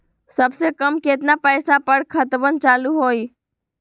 सबसे कम केतना पईसा पर खतवन चालु होई?